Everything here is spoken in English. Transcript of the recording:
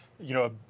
you know,